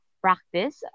practice